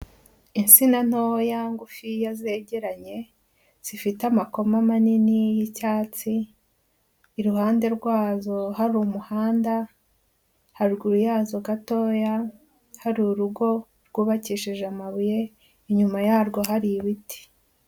Insina ntoya ya ngufiya zegeranye zifite amakoma manini y'icyatsi, iruhande rwazo hari umuhanda, haruguru yazo gatoya hari urugo rwubakishije amabuye, inyuma yarwo hari ibiti.